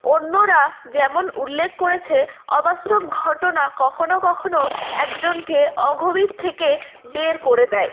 অন্যরা যেমন উল্লেখ করেছে অবাস্তব ঘটনা কখনো কখনো একজনকে অগভীর থেকে বের করে দেয়